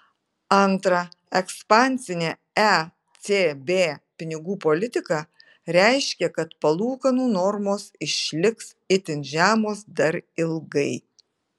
antra ekspansinė ecb pinigų politika reiškia kad palūkanų normos išliks itin žemos dar ilgai